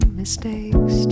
mistakes